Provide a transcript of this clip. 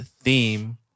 theme